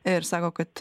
ir sako kad